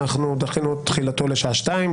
דחינו את תחילתו לשעה 14:00,